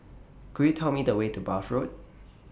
Could Tell Me The Way to Bath Road